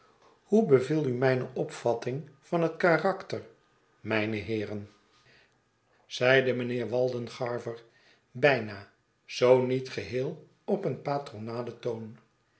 hoe beviel u mijne opvatting van het karakter mijne heeren zeide mijnheer waldengarver bijna zoo niet geheel op een patronalen toon